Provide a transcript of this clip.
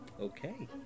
Okay